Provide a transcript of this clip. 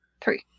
Three